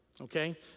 Okay